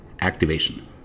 activation